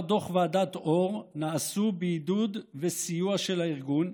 דוח ועדת אור נעשו בעידוד וסיוע של הארגון,